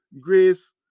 grace